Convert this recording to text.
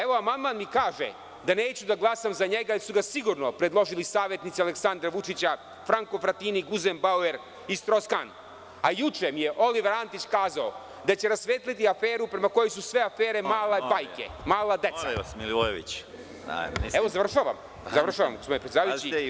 Evo, amandman mi kaže da neću da glasam za njega, jer su ga sigurno predložili savetnici Aleksandra Vučića, Franko Fratini, Guzen Bauer i Stros Kan, a juče mi je Oliver Antić kazao da će rasvetliti aferu prema kojoj su sve afere male bajke, mala deca… (Predsedavajući: Molim vas gospodine Milivojeviću.